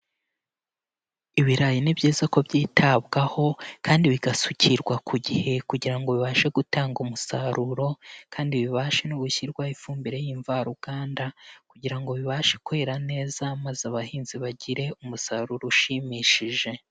Ibirayi ni byiza ko byitabwaho kandi bigasukirwa ku gihe kugira ngo bibashe gutanga umusaruro kandi bibashe no gushyirwaho ifumbire y'imvaruganda kugira ngo bibashe kwera neza maze abahinzi bagire umusaruro ushimishije.